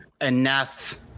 Enough